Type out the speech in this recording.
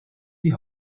die